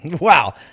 Wow